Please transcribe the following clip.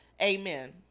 Amen